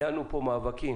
ניהלנו פה מאבקים,